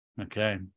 Okay